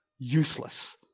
Useless